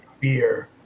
beer